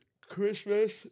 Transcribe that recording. Christmas